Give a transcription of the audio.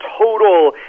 total